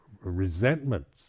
resentments